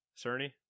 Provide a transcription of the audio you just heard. Cerny